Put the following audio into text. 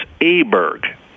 Aberg